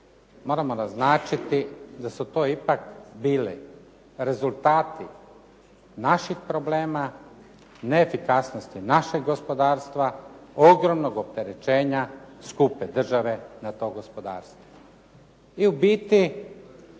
moramo naznačiti da su to ipak bili rezultati naših problema, neefikasnosti našeg gospodarstva, ogromnog opterećenja skupe države na to gospodarstvo.